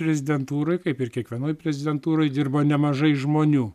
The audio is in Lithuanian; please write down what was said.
prezidentūroj kaip ir kiekvienoj prezidentūroj dirba nemažai žmonių